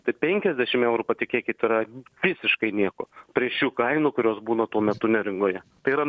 tai penkiasdešimt eurų patikėkit yra visiškai nieko prie šių kainų kurios būna tuo metu neringoje tai yra